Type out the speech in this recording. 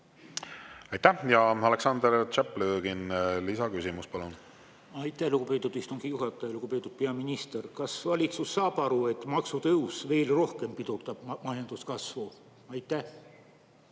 Aitäh! Aleksandr Tšaplõgin, lisaküsimus, palun! Aitäh, lugupeetud istungi juhataja! Lugupeetud peaminister! Kas valitsus saab aru, et maksutõus veel rohkem pidurdab majanduskasvu? Aitäh,